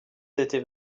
était